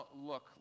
look